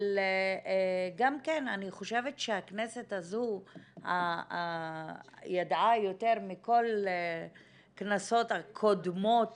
אבל אני גם חושבת שהכנסת הזו ידעה יותר מכל כנסות קודמות